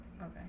Okay